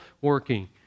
working